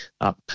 up